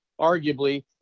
arguably